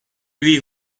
lui